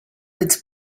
its